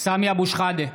סמי אבו שחאדה,